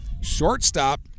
Shortstop